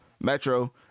metro